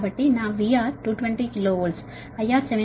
కాబట్టి నా VR 220 KV IR 787